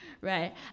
Right